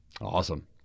Awesome